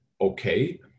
okay